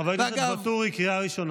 חבר הכנסת ואטורי, קריאה ראשונה.